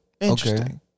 Interesting